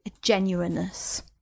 genuineness